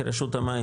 כרשות המים,